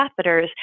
catheters